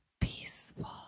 peaceful